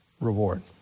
reward